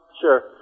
sure